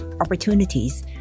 opportunities